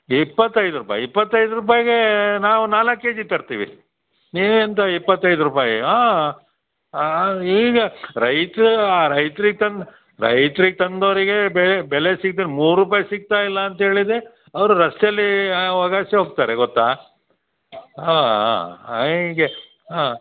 ಇಪ್ಪತ್ತೈದು ರೂಪಾಯಿ ಇಪ್ಪತ್ತೈದು ರೂಪಾಯ್ಗೆ ನಾವು ನಾಲ್ಕು ಕೆ ಜಿ ತರ್ತೀವಿ ನೀವೆಂತ ಇಪ್ಪತ್ತೈದು ರೂಪಾಯಿ ಹಾಂ ಹಾಂ ಈಗ ರೈತರ ಆ ರೈತ್ರಿಗೆ ತಂದು ರೈತ್ರಿಗೆ ತಂದೋರಿಗೆ ಬೆಲೆ ಬೆಲೆ ಸಿಗದೆ ಮೂರು ರೂಪಾಯಿ ಸಿಗ್ತಾ ಇಲ್ಲ ಅಂತ ಹೇಳಿದರೆ ಅವರು ರಸ್ತೇಲಿ ವಲಸೆ ಹೋಗ್ತಾರೆ ಗೊತ್ತಾ ಹಾಂ ಹಾಂ ಹಾಂ ಈಗ ಹಾಂ